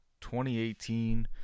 2018